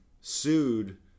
sued